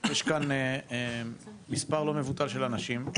יש מספר לא במבוטל של אנשים.